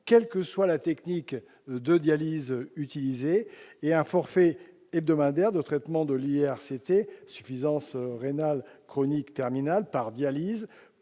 quelle que soit la technique de dialyse utilisée ; et ensuite un forfait hebdomadaire de traitement de l'IRCT, l'insuffisance rénale chronique terminale, par dialyse